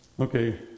Okay